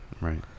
Right